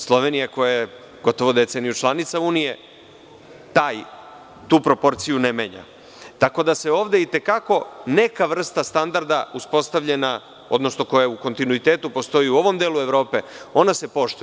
Slovenija, koja je gotovo deceniju članica Unije, tu proporciju ne menja, tako da se ovde i te kako neka vrsta standarda uspostavljena, odnosno koja je u kontinuitetu postoji u ovom delu Evrope, ona se poštuje.